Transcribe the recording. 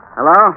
Hello